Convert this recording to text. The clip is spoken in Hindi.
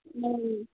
नहीं